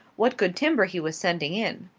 what good timber he was sending in.